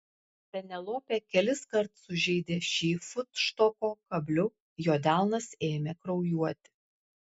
penelopė keliskart sužeidė šį futštoko kabliu jo delnas ėmė kraujuoti